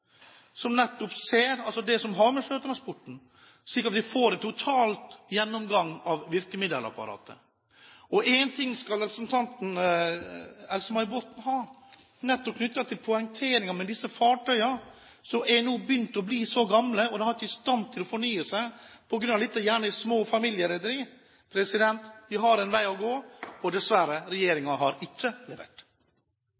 som nettopp har med sjøtransporten å gjøre, slik at vi får en total gjennomgang av virkemiddelapparatet. Én ting skal representanten Else-May Botten ha, knyttet til poengteringen av at disse fartøyene nå er begynt å bli så gamle. Og de er ikke i stand til å fornye seg, på grunn av at dette gjerne er små familierederi. Vi har en vei å gå, og dessverre: